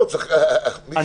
48 שעות.